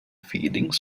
feeding